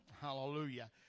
hallelujah